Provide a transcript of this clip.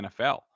NFL